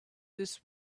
this